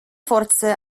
forze